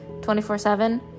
24-7